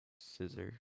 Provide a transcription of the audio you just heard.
scissor